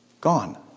Gone